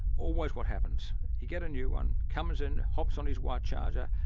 always what happens you get a new one, comes in, hops on his white charger,